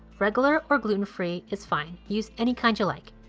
regular or gluten-free is fine. use any kind you like.